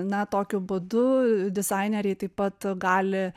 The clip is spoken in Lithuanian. na tokiu būdu dizaineriai taip pat gali